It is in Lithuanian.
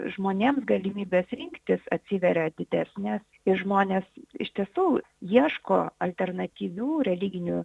žmonėms galimybės rinktis atsiveria didesnės ir žmonės iš tiesų ieško alternatyvių religinių